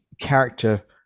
character